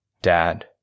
dad